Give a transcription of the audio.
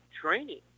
training